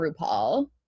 RuPaul